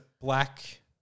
black